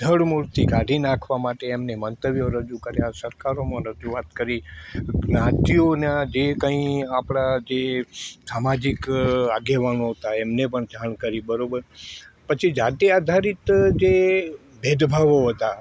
જડમૂળથી કાઢી નાખવા માટે એમણે મંતવ્યો રજૂ કર્યાં સરકારોમાં રજૂઆત કરી જ્ઞાતિઓના જે કંઈ આપણા જે સામાજિક આગેવાનો હતા એમને પણ જાણ કરી બરાબર પછી જાતિ આધારીત જે ભેદભાવો હતા